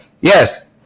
Yes